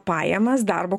pajamas darbo